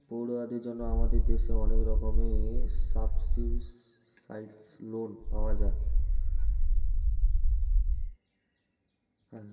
পড়ুয়াদের জন্য আমাদের দেশে অনেক রকমের সাবসিডাইস্ড্ লোন পাওয়া যায়